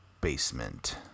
Basement